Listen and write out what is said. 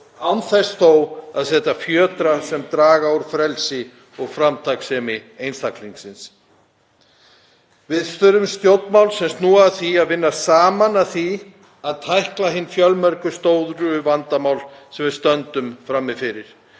án þess þó að setja fjötra sem draga úr frelsi og framtakssemi einstaklingsins. Við þurfum stjórnmál sem snúa að því að vinna saman að því að tækla hin fjölmörgu stóru vandamál sem við stöndum frammi fyrir.